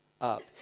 up